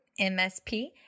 MSP